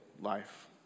life